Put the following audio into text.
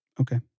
okay